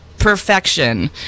perfection